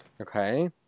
Okay